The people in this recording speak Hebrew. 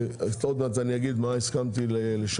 עוד מעט אני אגיד מה הסכמתי לשנות.